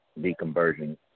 deconversion